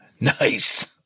Nice